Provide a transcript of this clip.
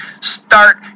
Start